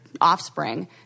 offspring